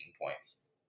points